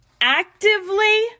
actively